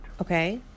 Okay